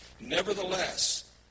Nevertheless